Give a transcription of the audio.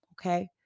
Okay